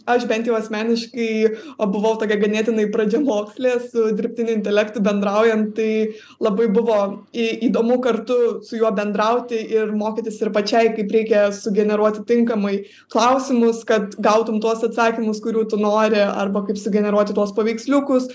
aš bent jau asmeniškai buvau tokia ganėtinai pradžiamokslė su dirbtiniu intelektu bendraujant tai labai buvo į įdomu kartu su juo bendrauti ir mokytis ir pačiai kaip reikia sugeneruoti tinkamai klausimus kad gautum tuos atsakymus kurių tu nori arba kaip sugeneruoti tuos paveiksliukus